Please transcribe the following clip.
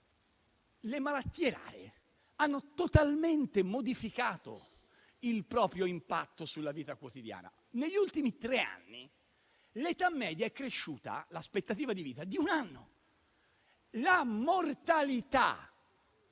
le malattie rare hanno totalmente modificato il proprio impatto sulla vita quotidiana. Negli ultimi tre anni l'età media (l'aspettativa di vita) è cresciuta di un anno. La mortalità